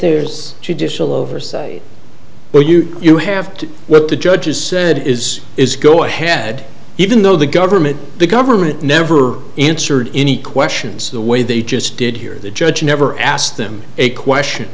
there's judicial oversight where you you have to what the judges said is is go ahead even though the government the government never answered any questions the way they just did here the judge never asked them a question